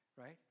right